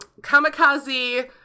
kamikaze